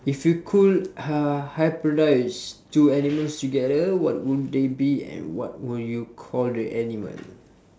if you could uh hybridise two animals together what would they be and what will you call the animal